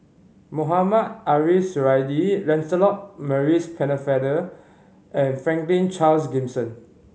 Mohamed Ariff Suradi Lancelot Maurice Pennefather and Franklin Charles Gimson